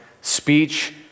speech